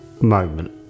moment